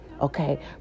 Okay